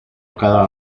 cada